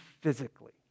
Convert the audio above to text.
physically